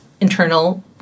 internal